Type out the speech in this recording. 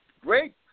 Great